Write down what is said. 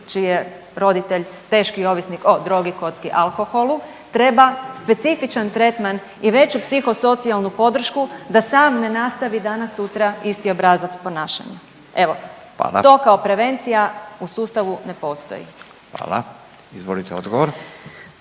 čiji je roditelj teški ovisnik o drogi, kocki, alkoholu, treba specifičan tretman i veću psihosocijalnu podršku da sam ne nastavi danas sutra isti obrazac ponašanja. Evo, to …/Upadica: Hvala./… kao prevencija u sustavu ne postoji. **Radin, Furio